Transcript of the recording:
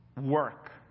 Work